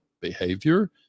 behavior